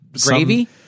gravy